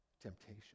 temptation